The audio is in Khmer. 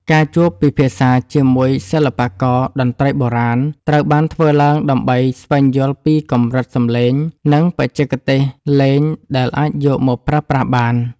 ការជួបពិភាក្សាជាមួយសិល្បករតន្ត្រីបុរាណ ត្រូវបានធ្វើឡើងដើម្បីស្វែងយល់ពីកម្រិតសំឡេង និងបច្ចេកទេសលេងដែលអាចយកមកប្រើប្រាស់បាន។